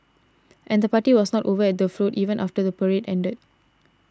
and the party was not over at the Float even after the Parade ended